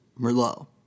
Merlot